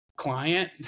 Client